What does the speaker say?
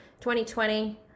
2020